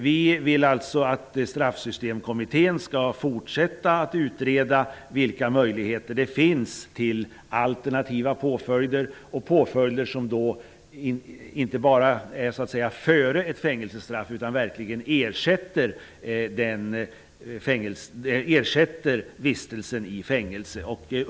Vi vill att Straffsystemkommittén skall fortsätta att utreda vilka möjligheter som finns till alternativa påföljder och påföljder, som inte bara kommer före ett fängelsestraff utan som verkligen ersätter vistelsen i fängelse.